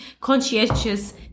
conscientious